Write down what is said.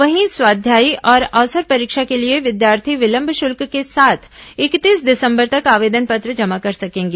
वहीं स्वाध्यायी और अवसर परीक्षा के लिए विद्यार्थी विलंब श्र्ल्क के साथ इकतीस दिसम्बर तक आवेदन पत्र जमा कर सकेंगे